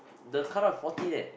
the cut off forty leh